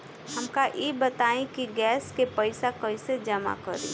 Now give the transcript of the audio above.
हमका ई बताई कि गैस के पइसा कईसे जमा करी?